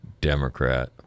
Democrat